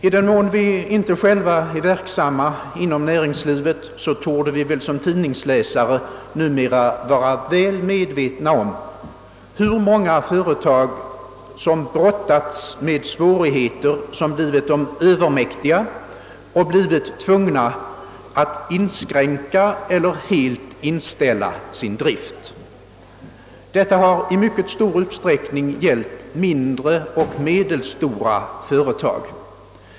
I den mån vi inte själva är verksamma inom näringslivet torde vi numera som tidningsläsare vara väl medvetna om att många företag brottats med svårigheter som blivit dem övermäktiga och tvingats att inskränka eller helt inställa sin drift. Detta har i mycket stor utsträckning gällt små och medelstora företag.